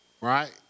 Right